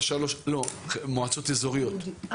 בחברה הערבית 10,000 תושבים ומעלה,